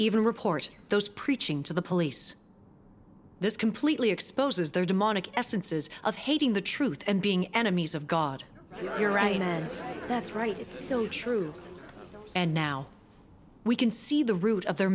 report those preaching to the police this completely exposes their demonic essences of hating the truth and being enemies of god you're right that's right it's still true and now we can see the root of the